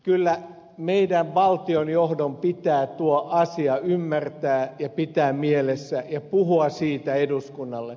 kyllä meidän valtionjohdon pitää tuo asia ymmärtää ja pitää mielessä ja puhua siitä eduskunnalle